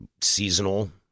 seasonal